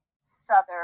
southern